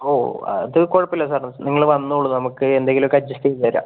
ഓ അത് കുഴപ്പം ഇല്ല സാർ നിങ്ങൾ വന്നോളൂ നമുക്ക് എന്തെങ്കിലും ഒക്കെ അഡ്ജസ്റ്റ് ചെയ്തുതരാം